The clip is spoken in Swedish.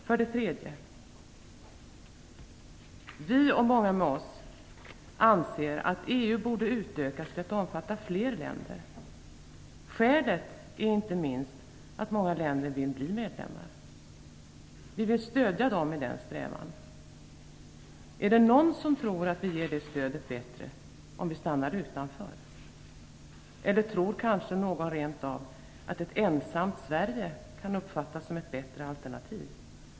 För det tredje: Vi och många med oss anser att EU borde utökas till att omfatta fler länder. Skälet är inte minst att många länder vill bli medlemmar. Vi vill stödja dem i den strävan. Är det någon som tror att vi ger det stödet bättre om vi stannar utanför? Eller tror kanske någon rent av att ett ensamt Sverige kan uppfattas som ett bättre alternativ?